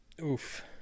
Oof